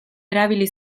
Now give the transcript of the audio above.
erabili